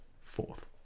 Fourth